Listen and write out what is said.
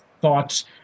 thoughts